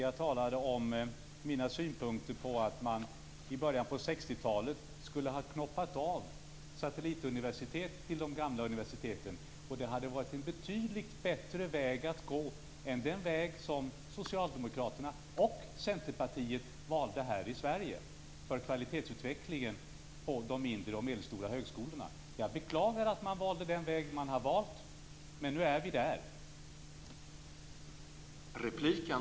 Jag talade då om mina synpunkter på att man i början av 60-talet skulle ha knoppat av satellituniversitet till de gamla universiteten. Det skulle ha varit en betydligt bättre väg att gå än den väg som Socialdemokraterna och Centerpartiet valde här i Sverige för kvalitetsutvecklingen avseende de mindre och medelstora högskolorna. Jag beklagar valet av väg; nu är vi där vi är.